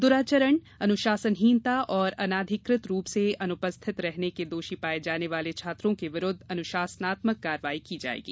दूराचरण अनुशासनहीनता तथा अनाधिकृत रूप से अनुपस्थित रहने के दोषी पाये जाने वाले छात्रों के विरुद्ध अनुशासनात्मक कार्रवाई की जाएगी